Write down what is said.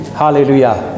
hallelujah